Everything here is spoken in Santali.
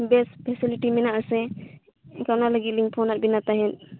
ᱵᱮᱥ ᱯᱷᱮᱥᱤᱞᱤᱴᱤ ᱢᱮᱱᱟᱜ ᱟᱥᱮ ᱮᱱᱠᱷᱟᱱ ᱚᱱᱟ ᱞᱟᱹᱜᱤᱫ ᱞᱤᱧ ᱯᱷᱳᱱᱟᱫ ᱵᱤᱱᱟ ᱛᱟᱦᱮᱸᱫ